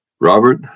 Robert